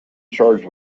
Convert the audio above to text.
charged